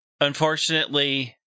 unfortunately